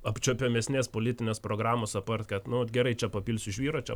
apčiuopiamesnės politinės programos apart kad nu gerai čia papilsiu žvyro čia